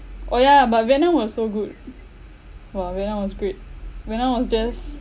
oh ya ya but vietnam was so good !wah! vietnam was great vietnam was just